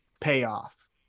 payoff